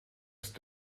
ist